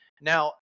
Now